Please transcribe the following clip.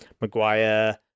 Maguire